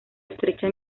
estrecha